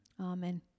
amen